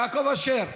יעקב אשר,